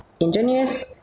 engineers